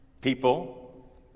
People